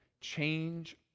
change